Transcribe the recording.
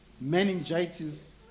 meningitis